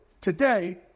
Today